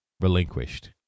relinquished